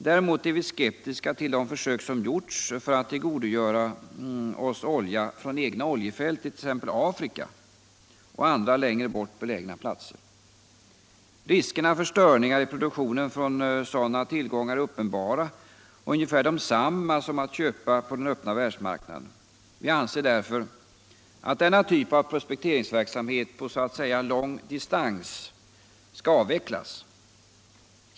Däremot är vi skeptiska till de försök som gjorts för att tillgodogöra oss olja från egna oljefält i t.ex. Afrika och andra längre bort belägna platser. Riskerna för störningar i produktionen från sådana tillgångar är uppenbara och ungefär desamma som när man köper på den öppna världsmarknaden. Vi anser därför att denna typ av prospekteringsverksamhet på så att säga lång distans skall avvecklas.